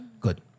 Good